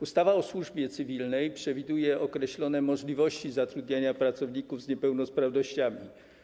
Ustawa o służbie cywilnej przewiduje określone możliwości zatrudniania pracowników z niepełnosprawnościami.